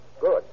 Good